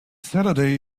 saturday